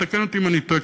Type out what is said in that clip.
תקן אותי אם אני טועה,